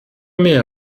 mehr